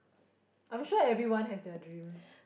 I'm sure everyone has their dream